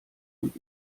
und